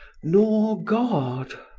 nor god.